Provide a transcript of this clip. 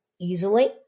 easily